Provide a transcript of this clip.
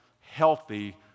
healthy